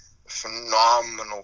Phenomenal